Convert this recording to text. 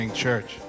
church